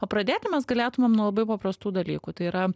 o pradėti mes galėtumėm nuo labai paprastų dalykų tai yra